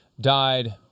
died